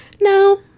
No